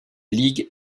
ligues